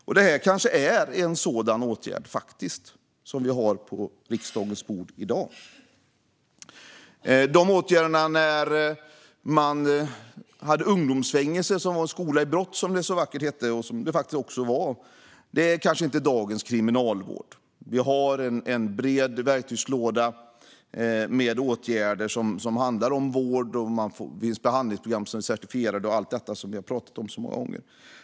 Och kanske är det en sådan åtgärd som vi har på riksdagens bord i dag. Åtgärder som ungdomsfängelse, som man hade och som var en skola i brott, som det så vackert hette och som det faktiskt också var, är kanske inte dagens kriminalvård. Vi har en bred verktygslåda med åtgärder som handlar om vård. Det finns behandlingsprogram som är certifierade och allt det som vi har pratat om så många gånger.